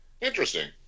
Interesting